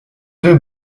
deux